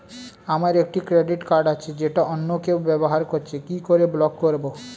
আমার একটি credit card আছে যেটা অন্য কেউ ব্যবহার করছে কি করে ব্লক করবো?